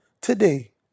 today